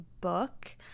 book